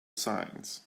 signs